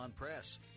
Press